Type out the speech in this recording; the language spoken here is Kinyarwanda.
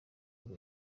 kuri